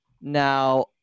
Now